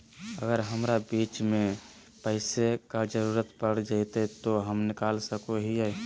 अगर हमरा बीच में पैसे का जरूरत पड़ जयते तो हम निकल सको हीये